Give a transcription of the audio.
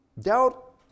Doubt